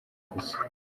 gusa